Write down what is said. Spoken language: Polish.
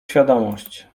świadomość